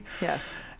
yes